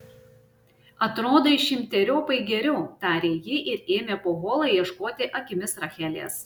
atrodai šimteriopai geriau tarė ji ir ėmė po holą ieškoti akimis rachelės